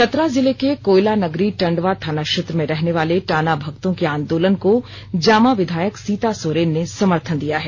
चतरा जिले के कोयला नगरी टंडवा थाना क्षेत्र में रहने वाले टाना भगतों के आंदोलन को जामा विधायक सीता सोरेन ने समर्थन दिया है